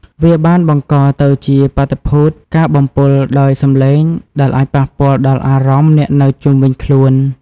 វាបានបង្កទៅជាបាតុភូតការបំពុលដោយសំឡេងដែលអាចប៉ះពាល់ដល់អារម្មណ៍អ្នកនៅជុំវិញខ្លួន។